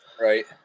Right